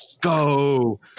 Go